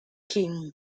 king